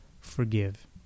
forgive